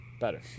better